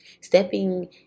stepping